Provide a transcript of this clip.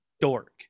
dork